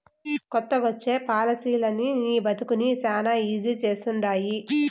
కొత్తగొచ్చే పాలసీలనీ నీ బతుకుని శానా ఈజీ చేస్తండాయి